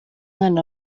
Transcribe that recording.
umwana